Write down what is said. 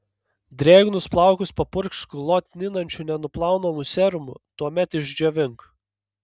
drėgnus plaukus papurkšk glotninančiu nenuplaunamu serumu tuomet išdžiovink